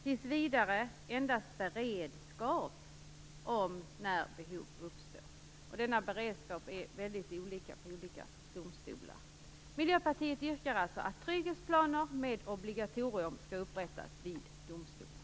Tills vidare behövs det endast finnas en beredskap när behov uppstår, och denna beredskap är väldigt olika vid olika domstolar. Vi i Miljöpartiet yrkar alltså att trygghetsplaner med obligatorium skall upprättas vid domstolarna.